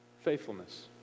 Faithfulness